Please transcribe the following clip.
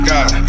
God